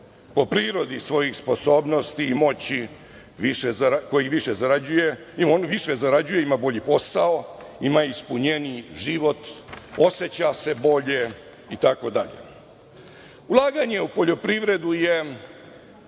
po prirodi svojih sposobnosti i moći koji više zarađuje, ima bolji posao, ima ispunjeniji život, oseća se bolje itd. Ulaganje u poljoprivredu je